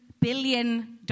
billion